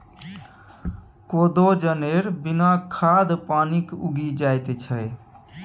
कोदो जनेर बिना खाद पानिक उगि जाएत छै